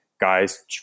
Guys